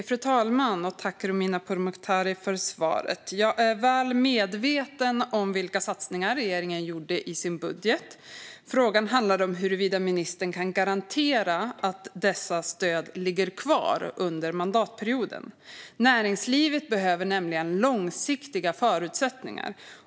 Fru talman! Tack, Romina Pourmokhtari, för svaret! Jag är väl medveten om vilka satsningar regeringen gjorde i sin budget. Frågan handlade om huruvida ministern kan garantera att dessa stöd ligger kvar under mandatperioden. Näringslivet behöver nämligen långsiktiga förutsättningar.